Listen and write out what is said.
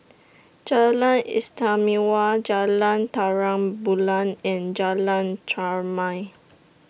Jalan Istimewa Jalan Terang Bulan and Jalan Chermai